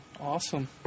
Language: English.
awesome